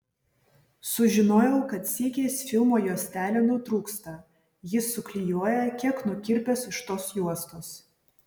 sužinojau kad sykiais filmo juostelė nutrūksta jis suklijuoja kiek nukirpęs iš tos juostos